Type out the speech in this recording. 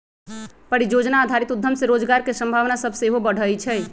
परिजोजना आधारित उद्यम से रोजगार के संभावना सभ सेहो बढ़इ छइ